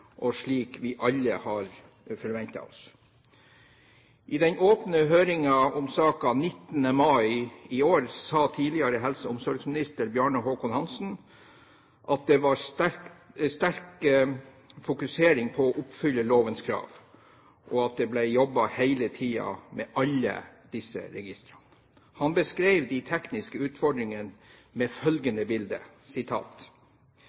og slik vi alle hadde forventet oss. I den åpne høringen om saken 19. mai i år sa tidligere helse- og omsorgsminister Bjarne Håkon Hanssen at det var sterk fokusering på å oppfylle lovens krav, og at det ble jobbet hele tiden med alle disse registrene. Han beskrev de tekniske utfordringene med